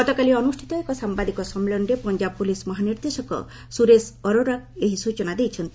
ଗତକାଲି ଅନୁଷ୍ଠିତ ଏକ ସାମ୍ଭାଦିକ ସମ୍ମିଳନୀରେ ପଞ୍ଜାବ ପୁଲିସ୍ ମହାନିର୍ଦ୍ଦେଶକ ସୁରେଶ ଅରୋରା ଏହି ସ୍ଚନା ଦେଇଛନ୍ତି